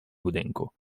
budynku